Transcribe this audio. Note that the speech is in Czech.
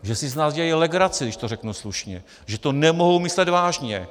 Že si z nás dělají legraci, když to řeknu slušně, že to nemohou myslet vážně.